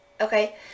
okay